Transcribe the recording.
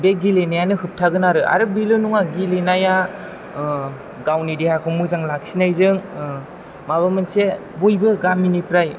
बे गेलेनायानो होबथागोन आरो आरो बेल' नङा गेलेनाया गावनि देहाखौ मोजां लाखिनायजों माबा मोनसे बयबो गामिनिफ्राय